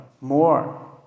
more